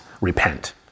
repent